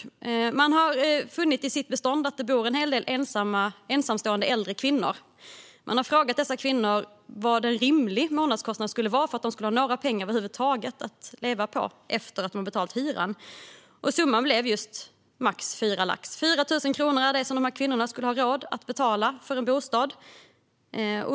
Uppsalahem har funnit att det bor en hel del ensamstående äldre kvinnor i beståndet. Man har frågat dem vad en rimlig månadskostnad skulle vara för att de över huvud taget skulle ha några pengar att leva på efter att hyran har betalats. Summan blev just max fyra lax. 4 000 kronor är vad de här kvinnorna skulle ha råd att betala för en bostad.